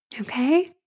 Okay